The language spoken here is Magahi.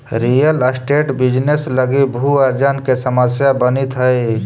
रियल एस्टेट बिजनेस लगी भू अर्जन के समस्या बनित हई